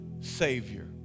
Savior